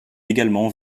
également